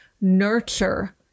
nurture